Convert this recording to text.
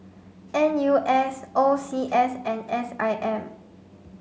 N U S O C S and S I M